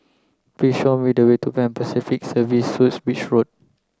please show me the way to Pan Pacific Serviced Suites Beach Road